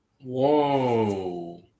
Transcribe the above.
Whoa